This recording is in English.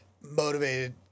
motivated